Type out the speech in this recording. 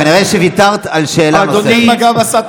כנראה שוויתרת על שאלה נוספת.